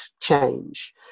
change